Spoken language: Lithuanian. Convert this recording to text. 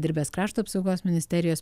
dirbęs krašto apsaugos ministerijos